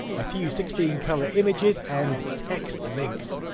a few sixteen colour images, and text links.